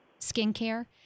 skincare